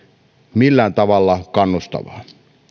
millään tavalla kannustavaa